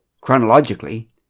Chronologically